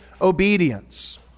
obedience